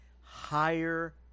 higher